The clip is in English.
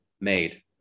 made